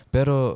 Pero